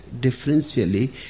differentially